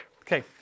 Okay